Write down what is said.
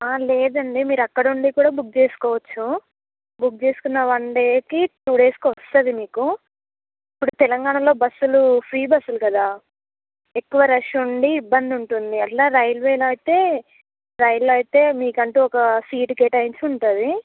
లేదండి మీరు అక్కడ ఉండి కూడా బుక్ చేసుకోవచ్చు బుక్ చేసుకున్న వన్ డేకి టూ డేస్కి వస్తుంది మీకు ఇప్పుడు తెలంగాణలో బస్సులు ఫ్రీ బస్సులు కదా ఎక్కువ రష్ ఉండి ఇబ్బంది ఉంటుంది అట్లా రైల్వేలో అయితే రైళ్ళు అయితే మీకు అంటు ఒక సీటు కేటాయించి ఉంటుం